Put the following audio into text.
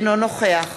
אינו נוכח